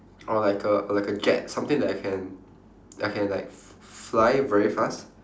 or like a like a jet something that I can I can like f~ f~ fly very fast